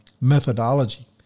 methodology